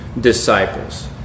disciples